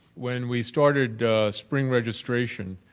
when we started spring registration,